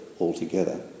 altogether